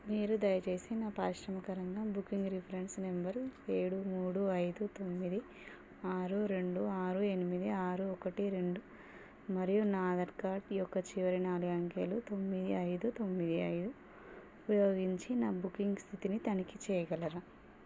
మీరు దయచేసి నా పారిశ్రామిక రంగం బుకింగ్ రిఫరెన్స్ నంబర్ ఏడు మూడు ఐదు తొమ్మిది ఆరు రెండు ఆరు ఎనిమిది ఆరు ఒకటి రెండు మరియు నా ఆధార్ కార్ద్ యొక్క చివరి నాలుగు అంకెలు తొమ్మిది ఐదు తొమ్మిది ఐదు ఉపయోగించి నా బుకింగ్ స్థితిని తనిఖీ చేయగలరా